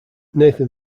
nathan